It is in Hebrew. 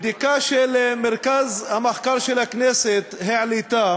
בדיקה של מרכז המחקר והמידע של הכנסת העלתה